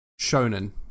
Shonen